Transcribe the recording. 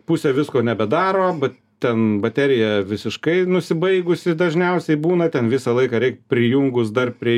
pusė visko nebedaro bet ten baterija visiškai nusibaigusi dažniausiai būna ten visą laiką reik prijungus dar prie